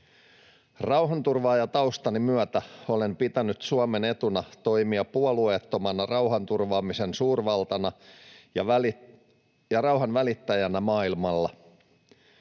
Rauhanturvaajataustani myötä olen pitänyt Suomen etuna toimia puolueettomana rauhanturvaamisen suurvaltana ja rauhan välittäjänä maailmalla.